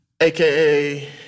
AKA